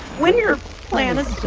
when your plan is done.